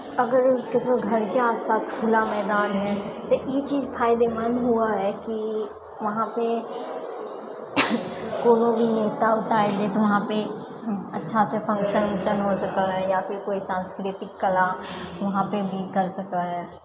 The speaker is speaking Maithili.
अगर केकरो घरके आसपास खुला मैदान है तऽ ई चीज फायदेमंद हुअऽ हइ कि वहाँ पे कोनो भी नेता उता एलै तऽ वहाँ पे अच्छा से फंशन उन्शन हो सकै हइ या फिर कोइ सांस्कृतिक कला वहाँ पर भी कर सकए हइ